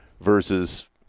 versus